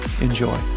Enjoy